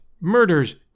murders